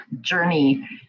journey